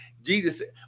Jesus